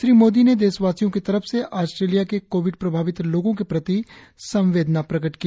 श्री मोदी ने देशवासियों की तरफ से ऑस्ट्रेलिया के कोविड प्रभावित लोगों के प्रति संवेदना प्रकट की